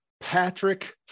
Patrick